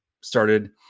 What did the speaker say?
started